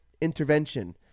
intervention